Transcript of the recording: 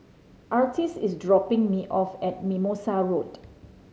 Artis is dropping me off at Mimosa Road